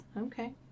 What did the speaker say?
Okay